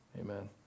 amen